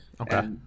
okay